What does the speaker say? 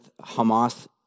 Hamas